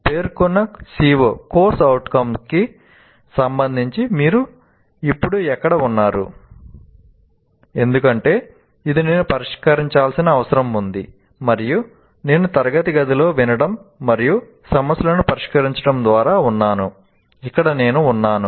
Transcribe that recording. పేర్కొన్న CO కి సంబంధించి మీరు ఇప్పుడు ఎక్కడ ఉన్నారు ఎందుకంటే ఇది నేను పరిష్కరించాల్సిన అవసరం ఉంది మరియు నేను తరగతి గదిలో వినడం మరియు సమస్యలను పరిష్కరించడం ద్వారా ఉన్నాను ఇక్కడ నేను ఉన్నాను